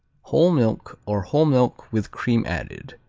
whole milk, or whole milk with cream added.